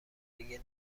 دیگه